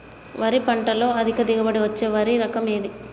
వరి పంట లో అధిక దిగుబడి ఇచ్చే వరి రకం ఏది?